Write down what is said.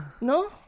No